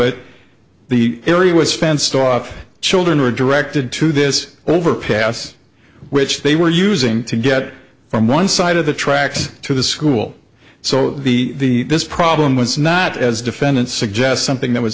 it the area was fenced off children were directed to this overpass which they were using to get from one side of the tracks to the school so the this problem was not as defendants suggest something that was